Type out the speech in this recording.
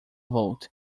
vote